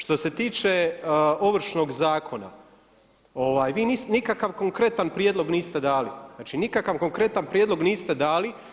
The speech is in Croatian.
Što se tiče Ovršnog zakona vi nikakav konkretan prijedlog niste dali, znači nikakav konkretan prijedlog niste dali.